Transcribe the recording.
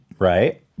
Right